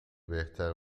بهتره